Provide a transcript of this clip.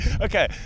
okay